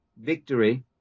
victory